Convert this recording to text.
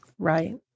Right